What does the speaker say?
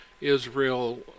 Israel